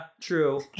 true